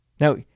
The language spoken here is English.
now